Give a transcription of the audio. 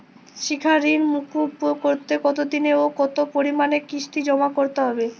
শিক্ষার ঋণ মুকুব করতে কতোদিনে ও কতো পরিমাণে কিস্তি জমা করতে হবে?